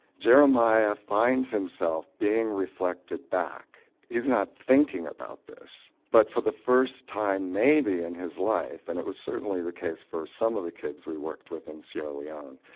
jeremiah finds himself being reflected back. he's not thinking about this, but for the first time maybe in his life, and it was certainly the case for some of the kids we worked with in sierra leone,